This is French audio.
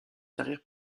carrière